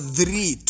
three